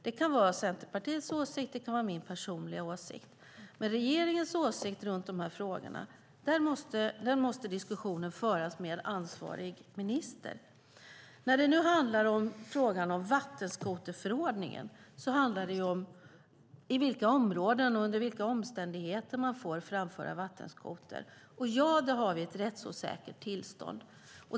Det kan vara Centerpartiets åsikt, och det kan vara min personliga åsikt. Men när det gäller regeringens åsikt i dessa frågor måste diskussionen föras med ansvarig minister. När det handlar om frågan om vattenskoterförordningen handlar det om i vilka områden och under vilka omständigheter som man får framföra vattenskoter. Och där har vi ett rättsosäkert tillstånd.